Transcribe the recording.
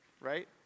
right